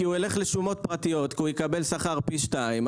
כי הוא ילך לשומות פרטיות שם הוא יקבל שכר פי שניים.